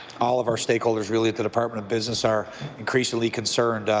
all of our stakeholders, really, at the department of business are increasingly concerned.